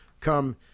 come